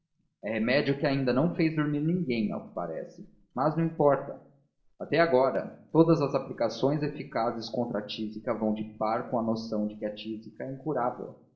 remédio que ainda não fez dormir ninguém ao que parece mas não importa até agora todas as aplicações eficazes contra a tísica vão de par com a noção de que a tísica é incurável